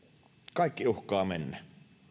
kaikki uhkaa mennä